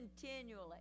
continually